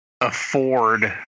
afford